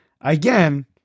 again